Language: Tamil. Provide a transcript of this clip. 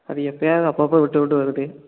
அது எப்பயாவது அப்பப்போ விட்டு விட்டு வருது